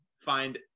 find